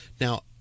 Now